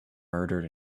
murdered